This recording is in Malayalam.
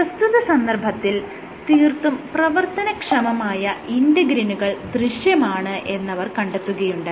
പ്രസ്തുത സന്ദർഭത്തിൽ തീർത്തും പ്രവർത്തനക്ഷമമായ ഇന്റെഗ്രിനുകൾ ദൃശ്യമാണ് എന്നവർ കണ്ടെത്തുകയുണ്ടായി